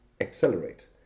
accelerate